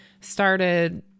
started